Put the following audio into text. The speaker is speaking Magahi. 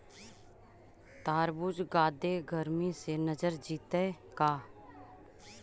तारबुज जादे गर्मी से जर जितै का?